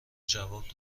جواب